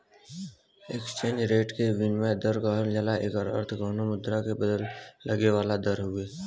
exchange rate के विनिमय दर कहल जाला एकर अर्थ कउनो मुद्रा क बदले में लगे वाला दर हउवे